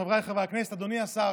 חבריי חברי הכנסת, אדוני השר,